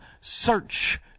Search